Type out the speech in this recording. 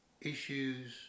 issues